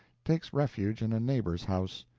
takes refuge in a neighbor's house.